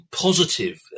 positive